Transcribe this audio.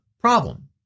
problem